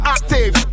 Active